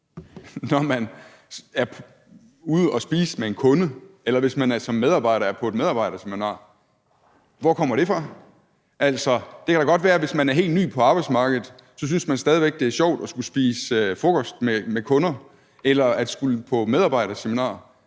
når man ude at spise med en kunde, eller hvis man som medarbejder er på et medarbejderseminar. Hvor kommer det fra? Altså, det kan da godt være, at man, hvis man er ny på arbejdsmarkedet, stadig væk synes, det er sjovt at skulle spise frokost med kunder eller at skulle på medarbejderseminar,